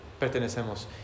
pertenecemos